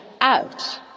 out